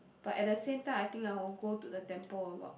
but at the same time I think I will go to the temple a lot